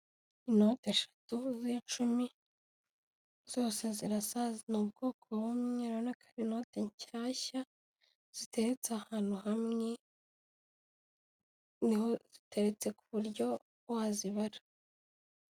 Inoti eshatu z'icumi zose zirasa ni ubwoko bumwe, urabona ko ari inote nshyashya ziteretse ahantu hamwe, niho ziteretse ku buryo wazibara.